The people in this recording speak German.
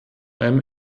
einem